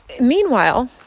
Meanwhile